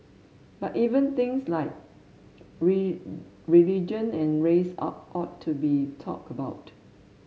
but even things like religion and race ought to be talked about